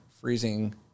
freezing